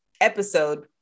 episode